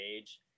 age